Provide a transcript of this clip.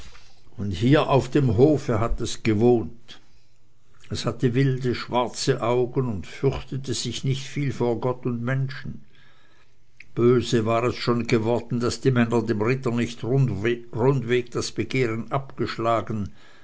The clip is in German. und hier auf dem hofe hat es gewohnt es hatte wilde schwarze augen und fürchtete sich nicht viel vor gott und menschen böse war es schon geworden daß die männer dem ritter nicht rundweg das begehren abgeschlagen